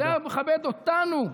זה היה מכבד אותנו.